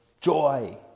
joy